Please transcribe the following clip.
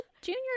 junior